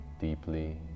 deeply